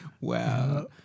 Wow